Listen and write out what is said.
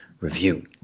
review